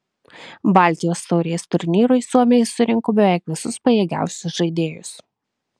baltijos taurės turnyrui suomiai surinko beveik visus pajėgiausius žaidėjus